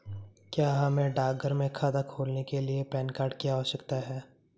क्या हमें डाकघर में खाता खोलने के लिए पैन कार्ड की आवश्यकता है?